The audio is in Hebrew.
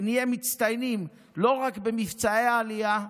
שנהיה מצטיינים לא רק במבצעי העלייה,